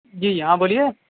جی ہاں بولیے